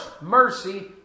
mercy